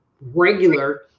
regular